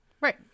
Right